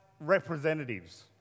representatives